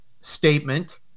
statement